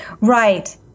right